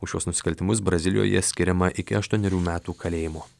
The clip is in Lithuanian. už šiuos nusikaltimus brazilijoje skiriama iki aštuonerių metų kalėjimo